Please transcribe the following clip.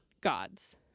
god's